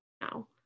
now